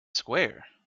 square